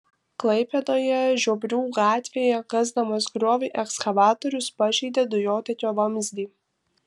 klaipėdoje žiobrių gatvėje kasdamas griovį ekskavatorius pažeidė dujotiekio vamzdį